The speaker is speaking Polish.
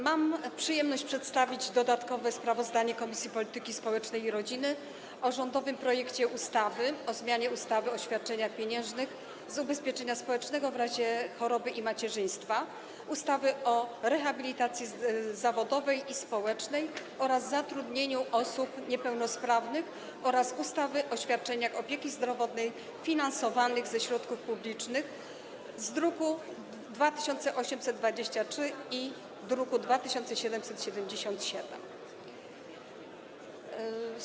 Mam przyjemność przedstawić dodatkowe sprawozdanie Komisji Polityki Społecznej i Rodziny o rządowym projekcie ustawy o zmianie ustawy o świadczeniach pieniężnych z ubezpieczenia społecznego w razie choroby i macierzyństwa, ustawy o rehabilitacji zawodowej i społecznej oraz zatrudnianiu osób niepełnosprawnych oraz ustawy o świadczeniach opieki zdrowotnej finansowanych ze środków publicznych, druki nr 2823 i 2773.